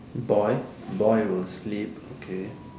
boy boy will sleep okay